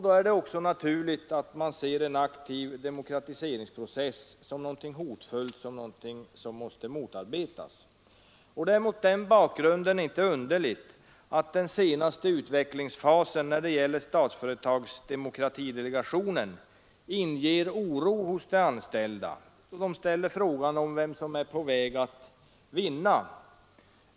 Då är det naturligt att man ser er aktiv demokratiseringsprocess som något hotfullt som måste motarbetas. Det är mot den bakgrunden inte underligt att den senaste utvecklingsfasen när det gäller företagsdemokratidelegationen inger oro hos de anställda, som ställer frågan om vem som är på väg att vinna.